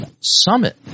Summit